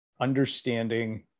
understanding